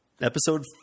Episode